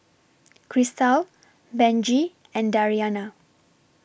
Christal Benji and Dariana